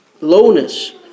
lowness